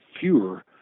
fewer